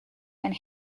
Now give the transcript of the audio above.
and